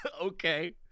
okay